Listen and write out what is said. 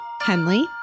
Henley